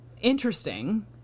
interesting